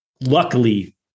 luckily